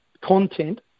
content